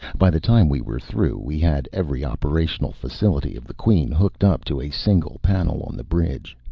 by the time we were through, we had every operational facility of the queen hooked up to a single panel on the bridge.